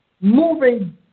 moving